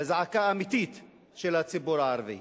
לזעקה אמיתית של הציבור הערבי,